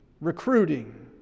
recruiting